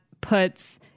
puts